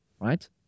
Right